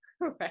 Right